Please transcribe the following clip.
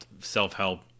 self-help